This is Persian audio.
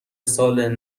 سال